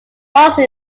also